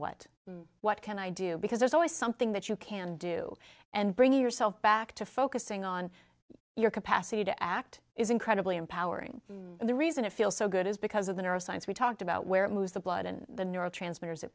what what can i do because there's always something that you can do and bring yourself back to focusing on your capacity to act is incredibly empowering and the reason it feels so good is because of the neuro science we talked about where it moves the blood and the neurotransmitters it